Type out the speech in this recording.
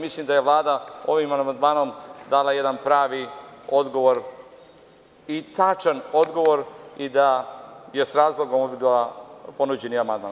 Mislim da je Vlada ovim amandmanom dala jedan pravi odgovor i tačan odgovor i da je s razlogom odbila ponuđeni amandman.